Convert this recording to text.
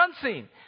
unseen